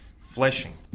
fleshing